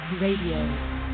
Radio